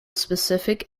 specific